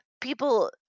people